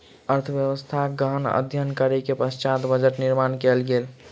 अर्थव्यवस्थाक गहन अध्ययन करै के पश्चात बजट निर्माण कयल गेल